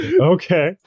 okay